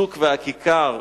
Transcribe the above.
השוק והכיכר,